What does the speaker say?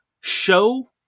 show